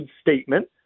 statement